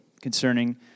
concerning